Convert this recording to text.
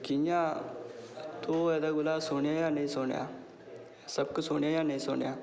कि'यां तू एह्दे कोला सुनेआ जां नेईं सुनेआ सबक सुनेआ जां नेईं सुनेआ